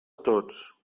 tots